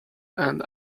and